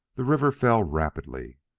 the river fell rapidly.